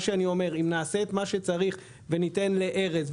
אם נעשה את מה שצריך וניתן לארז,